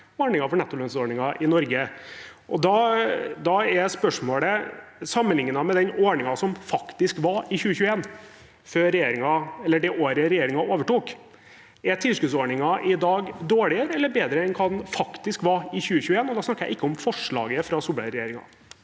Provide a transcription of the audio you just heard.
har aldri vært nettolønnsordningen i Norge. Da er spørsmålet: Sammenlignet med den ordningen som faktisk var i 2021, det året regjeringen overtok – er tilskuddsordningen dårligere eller bedre enn den faktisk var i 2021? Da snakker jeg ikke om forslaget fra Solberg-regjeringen.